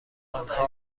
آنها